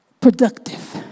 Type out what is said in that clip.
productive